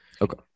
Okay